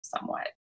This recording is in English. somewhat